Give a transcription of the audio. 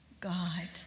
God